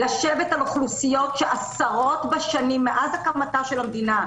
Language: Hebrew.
לשבת על אוכלוסיות שעשרות שנים מאז הקמתה של המדינה,